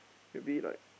maybe like